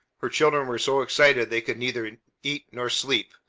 her children were so excited they could neither eat nor sleep.